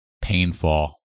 Painful